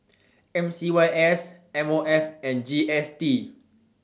MCYS MOF and GST